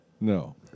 No